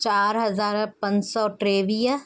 चारि हज़ार पंज सौ टेवीह